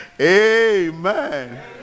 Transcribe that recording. Amen